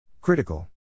Critical